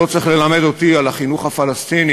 לא צריך ללמד אותי על החינוך הפלסטיני,